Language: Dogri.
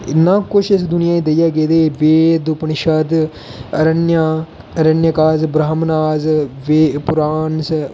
इन्ना कुछ इस दुनियां देइयै गेदी वेद उपनिशेद आरण्य कास ब्राह्णास पुराणस